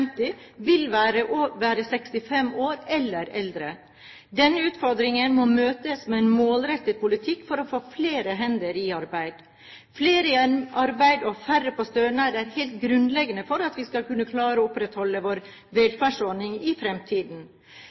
vil være 65 år eller eldre. Denne utfordringen må møtes med en målrettet politikk for å få flere hender i arbeid. Flere i arbeid og færre på stønad er helt grunnleggende for at vi skal kunne klare å opprettholde våre velferdsordninger i fremtiden.